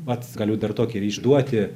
pats galiu dar tokį išduoti